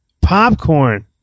popcorn